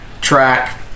track